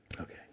Okay